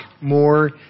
more